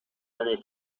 many